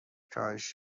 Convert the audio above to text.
کاهش